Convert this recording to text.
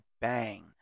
bang